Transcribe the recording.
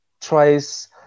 tries